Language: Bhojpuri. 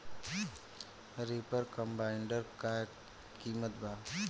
रिपर कम्बाइंडर का किमत बा?